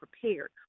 prepared